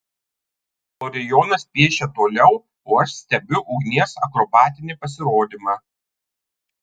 florijonas piešia toliau o aš stebiu ugnies akrobatinį pasirodymą